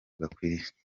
gakwiye